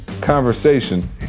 conversation